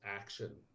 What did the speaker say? action